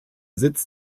sitz